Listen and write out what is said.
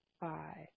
five